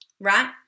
Right